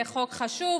זה חוק חשוב,